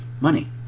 money